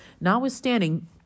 notwithstanding